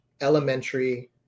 elementary